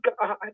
God